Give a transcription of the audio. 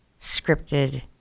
scripted